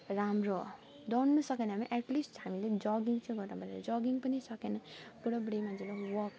राम्रो हो दौड्नु सकेन भने एट लिस्ट हामीले जगिङ चाहिँ गर्नुपर्छ जगिङ पनि सकेन बुढाबुढी मान्छेलाई वक